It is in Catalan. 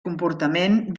comportament